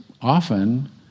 often